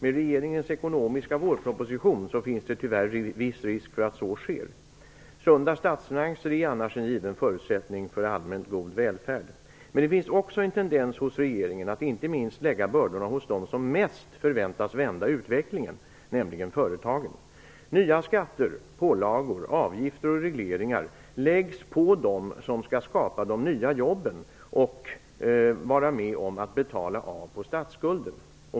Med regeringens ekonomiska vårproposition finns det tyvärr viss risk för att så sker. Sunda statsfinanser är annars en given förutsättning för allmänt god välfärd. Det finns en tendens hos regeringen att inte minst lägga bördorna hos dem som mest förväntas vända utvecklingen, nämligen företagen. Nya skatter, pålagor, avgifter och regleringar läggs på dem som skall skapa de nya jobben och vara med om att betala av på statsskulden.